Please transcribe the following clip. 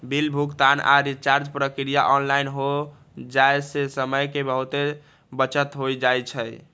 bill भुगतान आऽ recharge प्रक्रिया ऑनलाइन हो जाय से समय के बहुते बचत हो जाइ छइ